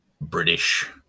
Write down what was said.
british